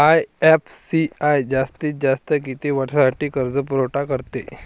IFCI जास्तीत जास्त किती वर्षासाठी कर्जपुरवठा करते?